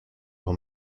will